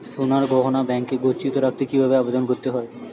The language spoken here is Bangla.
সোনার গহনা ব্যাংকে গচ্ছিত রাখতে কি ভাবে আবেদন করতে হয়?